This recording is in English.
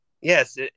Yes